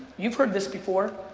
you've heard this before,